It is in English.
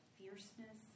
fierceness